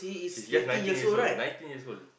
he's just nineteen years old nineteen years old